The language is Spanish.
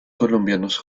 colombianos